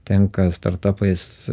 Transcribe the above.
tenka startapais